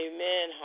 Amen